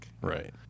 right